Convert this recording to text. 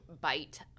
bite